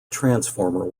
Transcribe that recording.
transformer